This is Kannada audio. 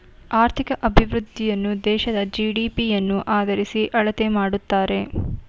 ಆರ್ಥಿಕ ಅಭಿವೃದ್ಧಿಯನ್ನು ದೇಶದ ಜಿ.ಡಿ.ಪಿ ಯನ್ನು ಆದರಿಸಿ ಅಳತೆ ಮಾಡುತ್ತಾರೆ